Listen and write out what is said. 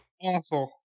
Awful